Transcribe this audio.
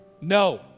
No